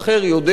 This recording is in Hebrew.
מה אתה עושה,